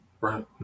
right